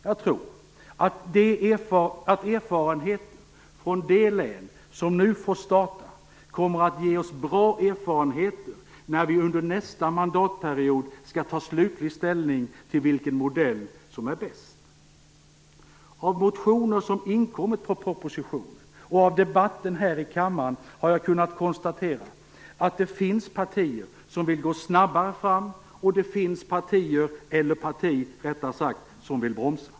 Jag tror att erfarenheterna från de län som nu får starta kommer att vara till stor nytta när vi under nästa mandatperiod skall ta slutlig ställning till vilken modell som är bäst. Av motioner som inkommit i anknytning till propositionen och av debatten här i kammaren har jag kunnat dra slutsatsen att det dels finns partier som vill gå snabbare fram, dels finns ett parti som vill bromsa.